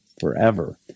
forever